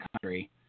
country